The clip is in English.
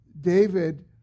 David